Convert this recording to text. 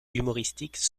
humoristiques